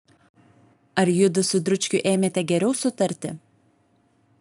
ar judu su dručkiu ėmėte geriau sutarti